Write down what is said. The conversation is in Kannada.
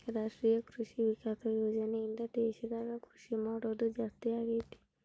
ರಾಷ್ಟ್ರೀಯ ಕೃಷಿ ವಿಕಾಸ ಯೋಜನೆ ಇಂದ ದೇಶದಾಗ ಕೃಷಿ ಮಾಡೋದು ಜಾಸ್ತಿ ಅಗೈತಿ